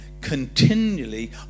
continually